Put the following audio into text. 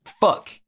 fuck